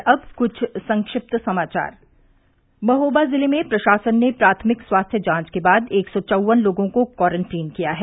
और अब कुछ संक्षिप्त समाचार महोबा जिले में प्रशासन ने प्राथमिक स्वास्थ्य जांच के बाद एक सौ चौवन लोगों को क्वारंटीन किया है